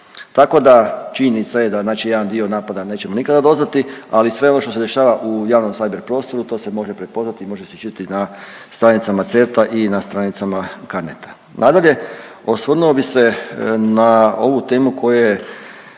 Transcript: Tako da, činjenica je da znači jedan dio napada nećemo nikada doznati, ali sve ono što je dešava u javnom cyber prostoru, to se može prepoznati i može se čitati na stranicama CERT-a i na stranicama CARNET-a. Nadalje, osvrnuo bih se na ovu temu koja